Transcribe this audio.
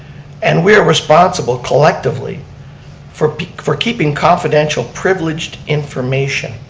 and we're responsible collectively for for keeping confidential, privileged information.